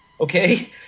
Okay